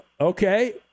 Okay